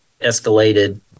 escalated